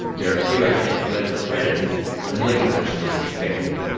there are few assets left for creditors and legal action is expected.